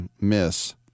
miss